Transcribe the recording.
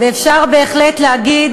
אפשר בהחלט להגיד